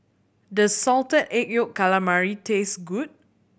does Salted Egg Yolk Calamari taste good